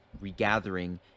regathering